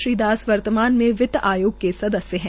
श्रीदास वर्तमान में वित्त आयोग के सदस्य है